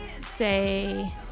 say